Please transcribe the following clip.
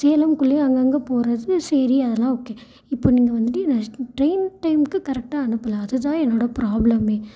சேலம்குள்ளையே அங்கே அங்கே போகிறது சரி அதெல்லாம் ஓகே இப்போது நீங்கள் வந்துட்டு என்னை ட்ரெயின் டைமுக்கு கரெக்டாக அனுப்பல அது தான் என்னோடய பிராப்ளமே